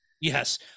Yes